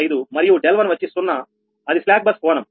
05 మరియు 𝛿1 వచ్చి 0అది స్లాక్ బస్ కోణం